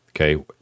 Okay